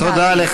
תודה, אדוני.